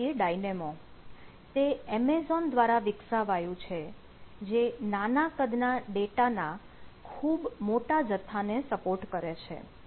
હવે જોઈએ Dynamo તે Amazon દ્વારા વિકસાવાયું છે જે નાના કદના ડેટા ના ખૂબ મોટા જથ્થાને સપોર્ટ કરે છે